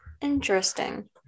Interesting